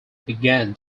began